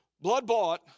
blood-bought